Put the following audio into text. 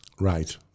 Right